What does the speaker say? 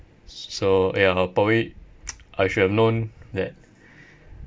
so ya how probably I should have known that